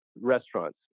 restaurants